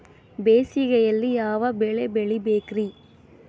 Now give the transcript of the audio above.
ಬೇಸಿಗೆಯಲ್ಲಿ ಯಾವ ಬೆಳೆ ಬೆಳಿಬೇಕ್ರಿ?